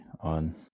on